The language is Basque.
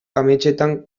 ametsetan